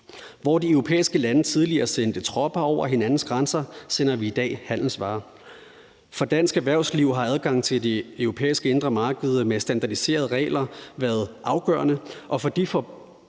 Hvor de europæiske lande tidligere sendte tropper over hinandens grænser, sender vi i dag handelsvarer. For dansk erhvervsliv har adgangen til det europæiske indre marked med standardiserede regler været afgørende, og for de